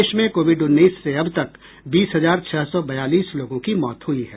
देश में कोविड उन्नीस से अब तक बीस हजार छह सौ बयालीस लोगों की मौत हुई है